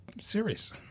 serious